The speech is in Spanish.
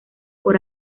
por